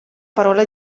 parola